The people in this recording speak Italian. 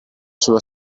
sulla